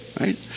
right